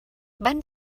van